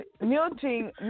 muting